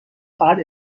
فقط